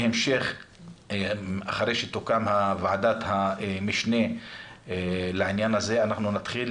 אחרי שתוקם ועדת המשנה לעניין הזה אנחנו נתחיל